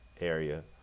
area